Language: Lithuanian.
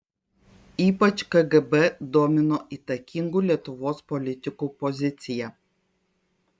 ypač kgb domino įtakingų lietuvos politikų pozicija